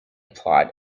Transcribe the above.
plot